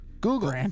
Google